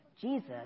Jesus